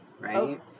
right